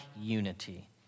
unity